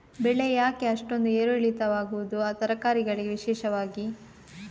ಬೆಳೆ ಯಾಕೆ ಅಷ್ಟೊಂದು ಏರು ಇಳಿತ ಆಗುವುದು, ತರಕಾರಿ ಗಳಿಗೆ ವಿಶೇಷವಾಗಿ?